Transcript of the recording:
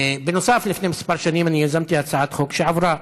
בנוסף, לפני כמה שנים אני יזמתי הצעת חוק שעברה,